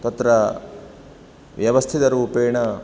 तत्र व्यवस्थितरूपेण